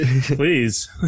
Please